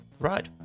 Right